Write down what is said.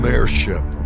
Airship